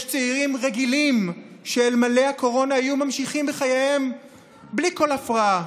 יש צעירים רגילים שאלמלא הקורונה היו ממשיכים בחייהם בלי כל הפרעה,